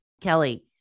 Kelly